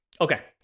okay